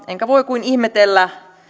enkä voi kuin ihmetellä